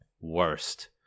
worst